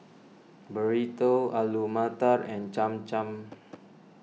Burrito Alu Matar and Cham Cham